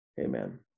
Amen